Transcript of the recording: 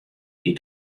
hie